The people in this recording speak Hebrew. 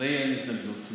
לי אין התנגדות.